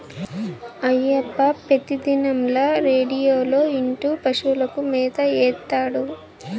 అయ్యప్ప పెతిదినంల రేడియోలో ఇంటూ పశువులకు మేత ఏత్తాడు